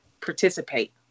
participate